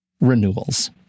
renewals